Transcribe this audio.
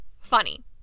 Funny